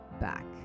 back